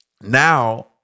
now